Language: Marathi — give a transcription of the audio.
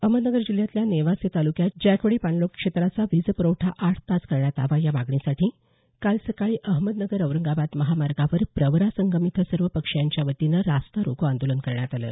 अहमदनगर जिल्ह्यातल्या नेवासे तालुक्यात जायकवाडी पाणलोट क्षेत्राचा वीजप्रवठा आठ तास करण्यात यावा या मागणीसाठी काल सकाळी अहमदनगर औरंगाबाद महामार्गावर प्रवरासंगम इथं सर्व पक्षीयांच्या वतीनं रस्ता रोको आंदोलन करण्यात आलं